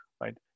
right